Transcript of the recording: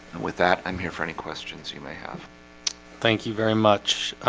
with that i'm here for any questions you may have thank you very much.